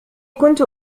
كنت